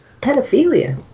pedophilia